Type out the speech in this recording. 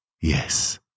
Yes